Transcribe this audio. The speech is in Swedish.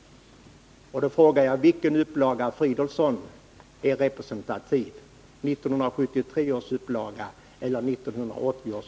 Jag frågar mig mot den bakgrunden: Vilken uppfattning, herr Fridolfsson, är representativ — 1973 års eller 1980 års?